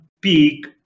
peak